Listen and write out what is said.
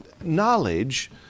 Knowledge